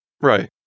Right